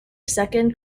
second